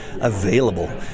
available